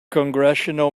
congressional